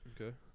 Okay